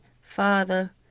Father